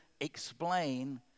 explain